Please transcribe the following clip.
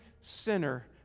sinner